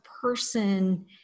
person